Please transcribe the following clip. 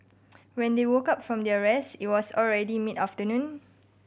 when they woke up from their rest it was already mid afternoon